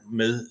med